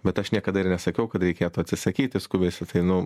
bet aš niekada ir nesakiau kad reikėtų atsisakyti skubiai su tai nu